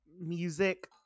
music